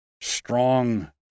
strong